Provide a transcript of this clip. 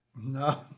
No